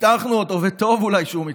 שפיתחנו אותו, וטוב אולי שהוא מתפתח,